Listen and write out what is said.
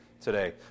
today